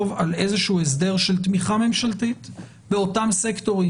על איזה שהוא הסדר של תמיכה ממשלתית באותם סקטורים.